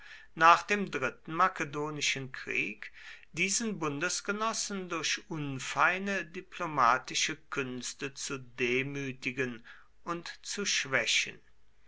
nach dem dritten makedonischen krieg diesen bundesgenossen durch unfeine diplomatische künste zu demütigen und zu schwächen